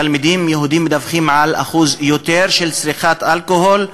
תלמידים יהודים מדווחים על אחוז גבוה יותר של צריכת אלכוהול,